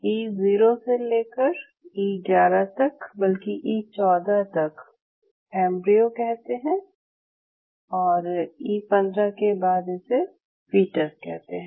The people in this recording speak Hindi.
ई 0 से लेकर ई 11 तक बल्कि ई 14 तक एम्ब्रयो कहते हैं और ई 15 के बाद इसे फ़ीटस कहते हैं